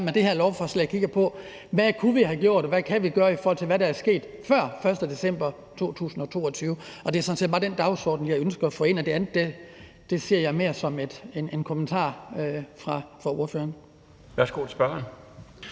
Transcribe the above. med det her lovforslag også kigger lidt på, hvad vi kunne have gjort, og hvad vi kan gøre, i forhold til hvad der er sket før den 1. december 2022, og det er sådan set bare den dagsorden, jeg ønsker at få ind. Det andet ser jeg mere som en kommentar fra ordføreren. Kl.